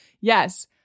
Yes